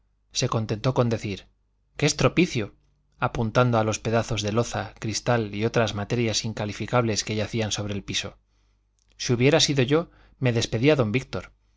se contentó con decir qué estropicio apuntando a los pedazos de loza cristal y otras materias incalificables que yacían sobre el piso si hubiera sido yo me despedía don víctor